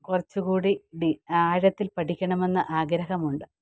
കുറച്ചു കൂടി ആഴത്തിൽ പഠിക്കണമെന്ന് ആഗ്രഹമുണ്ട്